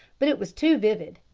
but it was too vivid,